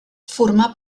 formar